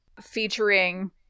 featuring